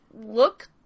look